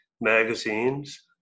magazines